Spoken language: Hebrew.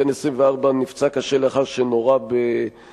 בן 24 נפצע קשה לאחר שנורה בעיר,